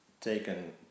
Taken